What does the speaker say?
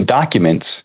documents